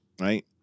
right